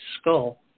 skull